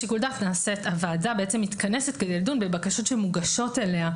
הוועדה בעצם מתכנסת כדי לדון בבקשות שמוגשות אליה,